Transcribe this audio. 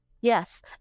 Yes